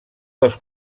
dels